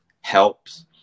helps